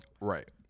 right